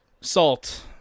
salt